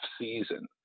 season